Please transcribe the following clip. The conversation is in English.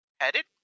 headed